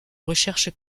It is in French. recherche